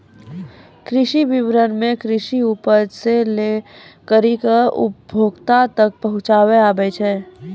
कृषि विपणन मे कृषि उपज से लै करी उपभोक्ता तक पहुचाबै आबै छै